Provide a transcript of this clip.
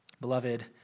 Beloved